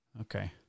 Okay